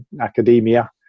academia